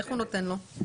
איך הוא נותן לו הוראה?